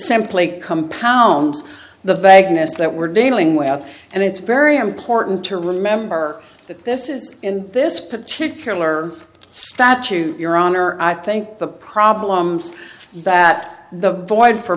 simply compounds the vagueness that we're dealing with out and it's very important to remember that this is in this particular statute your honor i think the problems that the void for